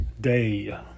day